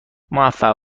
موفق